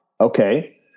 Okay